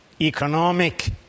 economic